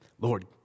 Lord